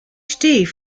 phd